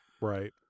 right